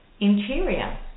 interior